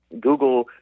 Google